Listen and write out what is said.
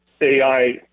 AI